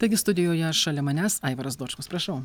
taigi studijoje šalia manęs aivaras dočkus prašau